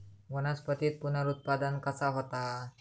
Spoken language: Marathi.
वनस्पतीत पुनरुत्पादन कसा होता?